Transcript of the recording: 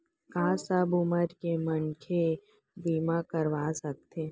का सब उमर के मनखे बीमा करवा सकथे?